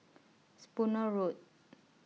Spooner Road